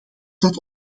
dat